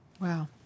Wow